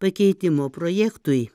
pakeitimo projektui